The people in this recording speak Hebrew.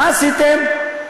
מה עשיתם?